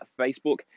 Facebook